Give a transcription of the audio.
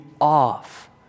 off